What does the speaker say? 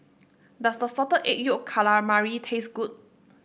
does the Salted Egg Yolk Calamari taste good